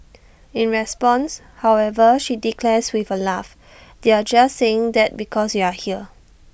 in response however she declares with A laugh they're just saying that because you're here